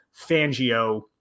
Fangio